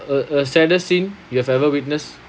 uh uh saddest scene you've ever witnessed